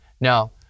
Now